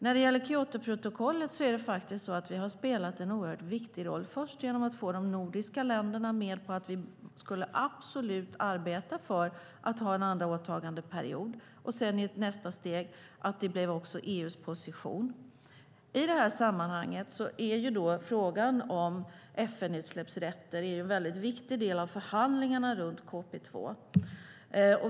När det gäller Kyotoprotokollet har vi spelat en oerhört viktig roll, först genom att vi fick de nordiska länderna med på att vi absolut skulle arbeta för att ha en andra åtagandeperiod och att det i ett nästa steg också blev EU:s position. I det här sammanhanget är frågan om FN-utsläppsrätter en väldigt viktig del av förhandlingarna runt KP2.